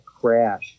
crash